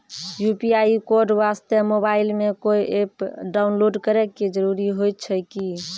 UPI code वास्ते mobile मे कोय एप्प डाउनलोड करे के जरूरी होय छै की?